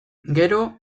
gero